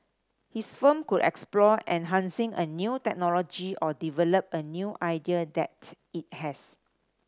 his firm could explore enhancing a new technology or develop a new idea that it has